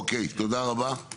אוקיי תודה רבה.